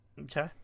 Okay